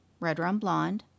redrumblonde